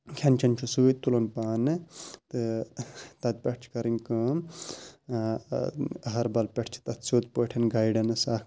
کھٮ۪ن چٮ۪ن چھُ سۭتۍ تُلُن پانہٕ تہٕ تَتہِ پٮ۪ٹھ چھِ کَرٕنۍ کٲم اہربَل پٮ۪ٹھ چھِ تَتھ سیٚود پٲٹھۍ گایڈَنٕس اکھ